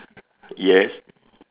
yes